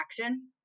action